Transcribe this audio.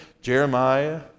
Jeremiah